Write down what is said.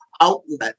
outlet